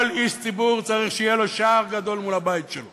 כל איש ציבור צריך שיהיה לו שער גדול מול הבית שלו